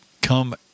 come